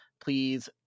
Please